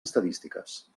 estadístiques